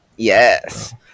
yes